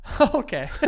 Okay